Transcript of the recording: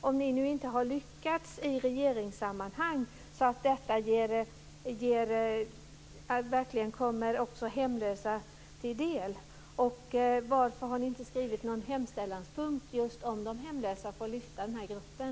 Om ni inte lyckats i regeringssammanhang så att detta verkligen kommer de hemlösa till del, varför har ni då ingen förslagspunkt om de hemlösa just för att lyfta den gruppen?